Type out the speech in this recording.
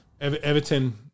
Everton